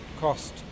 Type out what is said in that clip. cost